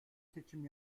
seçim